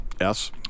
yes